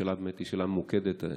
השאלה היא שאלה ממוקדת: